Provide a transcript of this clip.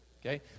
okay